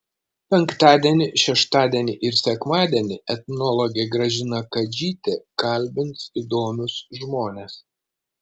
penktadienį šeštadienį ir sekmadienį etnologė gražina kadžytė kalbins įdomius žmones